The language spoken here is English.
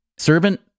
Servant